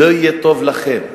לא יהיה טוב לכם.